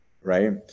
right